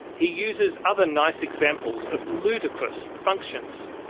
he uses other nice examples of ludicrous functions.